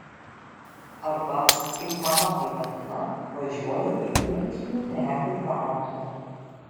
arba kaip mama tai vadina važiuoju į ūkinių prekių krautuvę